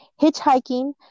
hitchhiking